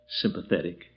Sympathetic